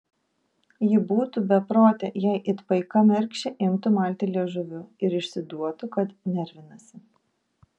ji būtų beprotė jei it paika mergšė imtų malti liežuviu ir išsiduotų kad nervinasi